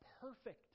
perfect